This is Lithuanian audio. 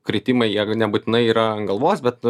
kritimai jie nebūtinai yra ant galvos bet